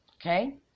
okay